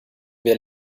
wir